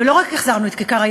ולא רק החזרנו את כיכר העיר,